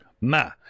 Ma